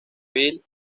billy